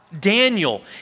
Daniel